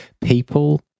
People